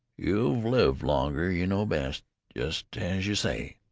you've lived longer you know best. just as you say.